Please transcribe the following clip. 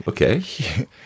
okay